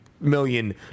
million